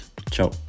Ciao